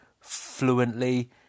fluently